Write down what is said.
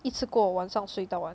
一次过晚上睡到完